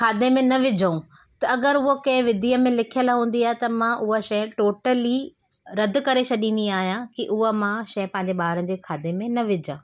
खाधे में न विझूं त अगरि उहो कंहिं विधीअ में लिखियलु हूंदी आहे त मां उहा शइ टोटली रदि करे छॾींदी आहियां कि उहा मां शइ पंहिंजे ॿारनि जे खाधे में न विझां